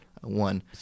one